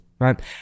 Right